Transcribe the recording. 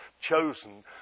chosen